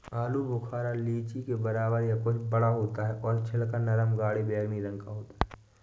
आलू बुखारा लीची के बराबर या कुछ बड़ा होता है और छिलका नरम गाढ़े बैंगनी रंग का होता है